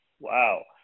Wow